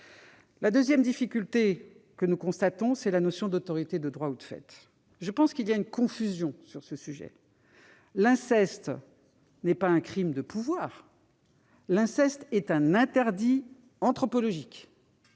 La deuxième difficulté que nous constatons tient à la notion d'autorité de droit ou de fait. Je pense qu'il y a une confusion sur ce sujet : l'inceste n'est pas un crime de pouvoir ; l'inceste est un interdit anthropologique.